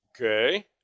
Okay